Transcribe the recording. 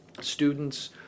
students